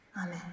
Amen